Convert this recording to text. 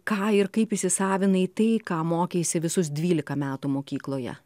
ką ir kaip įsisavinai tai ką mokeisi visus dvylika metų mokykloje